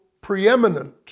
preeminent